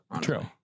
true